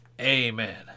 Amen